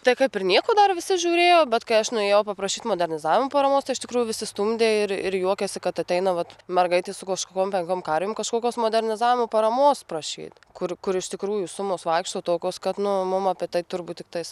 tai kaip ir nieko dar visi žiūrėjo bet kai aš nuėjau paprašyt modernizavimo paramos tai iš tikrųjų visi stumdė ir ir juokėsi kad ateina vat mergaitė su kažkokiom penkiom karvėm kažkokios modernizavimo paramos prašyt kur kur iš tikrųjų sumos vaikšto tokios kad nu mum apie tai turbūt tiktais